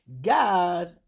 God